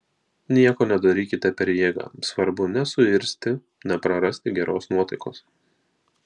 nieko nedarykite per jėgą svarbu nesuirzti neprarasti geros nuotaikos